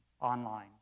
online